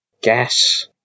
gas